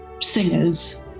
singers